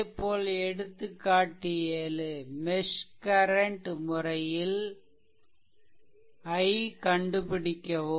அதேபோல் எடுத்துக்காட்டு 7 mesh current முறையில் I கண்டுபிடிக்கவும்